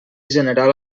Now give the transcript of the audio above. general